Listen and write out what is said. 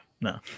No